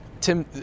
Tim